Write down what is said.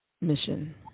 mission